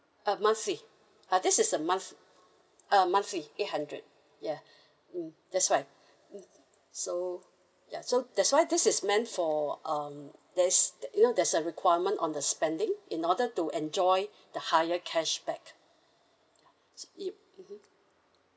uh monthly uh this is a month uh monthly eight hundred ya mm that's why mm so ya so that's why this is meant for um there is you know there's a requirement on the spending in order to enjoy the higher cashback you mmhmm